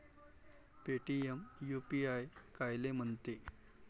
Paytm UPI कायले म्हनते?